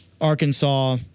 Arkansas